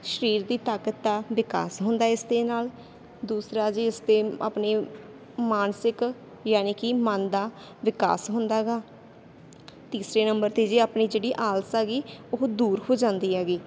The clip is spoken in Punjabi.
ਸਰੀਰ ਦੀ ਤਾਕਤ ਆ ਵਿਕਾਸ ਹੁੰਦਾ ਇਸ ਦੇ ਨਾਲ ਦੂਸਰਾ ਜੀ ਇਸਦੇ ਆਪਣੇ ਮਾਨਸਿਕ ਯਾਨੀ ਕਿ ਮਨ ਦਾ ਵਿਕਾਸ ਹੁੰਦਾ ਗਾ ਤੀਸਰੇ ਨੰਬਰ 'ਤੇ ਜੀ ਆਪਣੀ ਜਿਹੜੀ ਆਲਸ ਆ ਗਈ ਉਹ ਦੂਰ ਹੋ ਜਾਂਦੀ ਹੈਗੀ